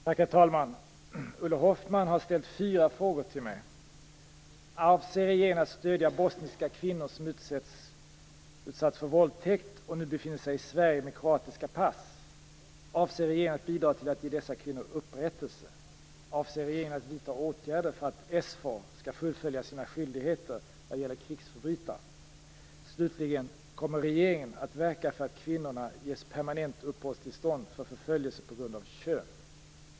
Herr talman! Ulla Hoffmann har ställt fyra frågor till mig. Avser regeringen att stödja bosniska kvinnor som utsatts för våldtäkt och nu befinner sig i Sverige med kroatiska pass? Avser regeringen att bidra till att ge dessa kvinnor upprättelse? Avser regeringen att vidta åtgärder för att SFOR skall fullfölja sina skyldigheter vad gäller krigsförbrytare? Slutligen: Kommer regeringen att verka för att kvinnorna ges permanent uppehållstillstånd för förföljelse på grund av kön?